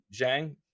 Zhang